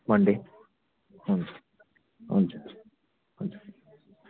Monday हुन्छ हुन्छ हुन्छ हुन्छ